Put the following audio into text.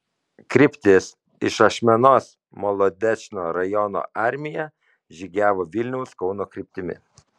kryptis iš ašmenos molodečno rajono armija žygiavo vilniaus kauno kryptimi